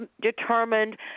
determined